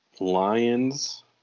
Lions